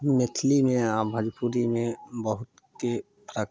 मैथिलीमे आओर भजपुरीमे बहुतके फरक